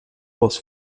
was